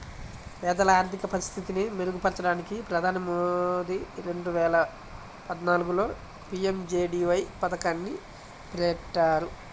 పేదల ఆర్థిక పరిస్థితిని మెరుగుపరచడానికి ప్రధాని మోదీ రెండు వేల పద్నాలుగులో పీ.ఎం.జే.డీ.వై పథకాన్ని పెట్టారు